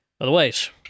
Otherwise